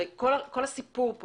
לא טיפה.